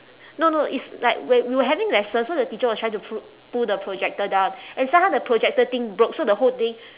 no no it's like when we were having lessons so the teacher was trying to pru~ pull the projector down then somehow the projector thing broke so the whole thing